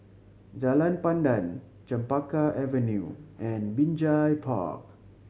Jalan Pandan Chempaka Avenue and Binjai Park